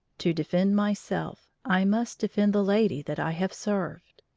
to defend myself i must defend the lady that i have served.